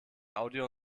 audio